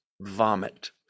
vomit